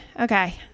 okay